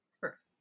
first